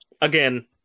Again